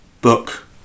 book